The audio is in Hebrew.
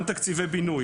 גם תקציבי בינוי.